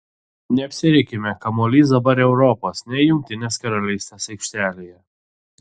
neapsirikime kamuolys dabar europos ne jungtinės karalystės aikštelėje